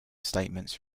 statements